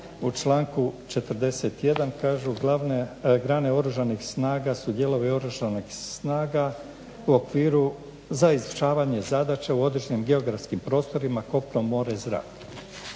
U Članku 41. kažu "Glavne grane oružanih snaga su dijelovi oružanih snaga u okviru za izučavanje zadaća u određenim geografskim prostorima, kopno, more, zrak."